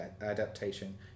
adaptation